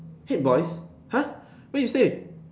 haig boys' !huh! where you stay